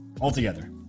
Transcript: altogether